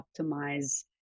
optimize